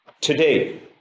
Today